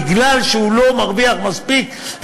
מפני שהוא לא מרוויח מספיק,